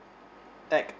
like